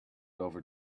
over